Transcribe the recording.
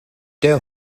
der